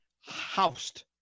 housed